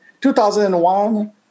2001